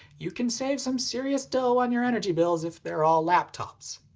you can save some serious dough on your energy bills if they're all laptops.